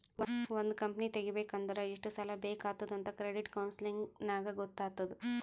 ಒಂದ್ ಕಂಪನಿ ತೆಗಿಬೇಕ್ ಅಂದುರ್ ಎಷ್ಟ್ ಸಾಲಾ ಬೇಕ್ ಆತ್ತುದ್ ಅಂತ್ ಕ್ರೆಡಿಟ್ ಕೌನ್ಸಲಿಂಗ್ ನಾಗ್ ಗೊತ್ತ್ ಆತ್ತುದ್